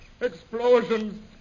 Explosions